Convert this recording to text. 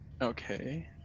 Okay